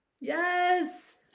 Yes